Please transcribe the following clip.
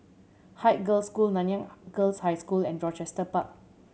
Haig Girls' School Nanyang Girls' High School and Rochester Park